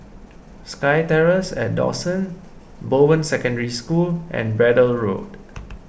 Sky Terrace at Dawson Bowen Secondary School and Braddell Road